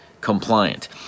compliant